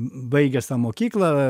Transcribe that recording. baigęs tą mokyklą